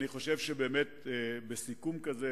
אני חושב שבסיכום כזה,